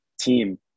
team